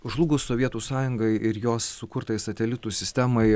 žlugus sovietų sąjungai ir jos sukurtai satelitų sistemai